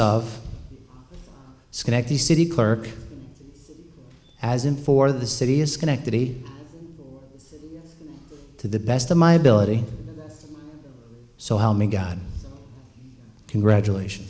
of schenectady city clerk as in for the city is connected to the best of my ability so help me god congratulations